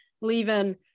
leaving